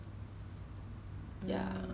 so 是你 actually